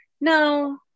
no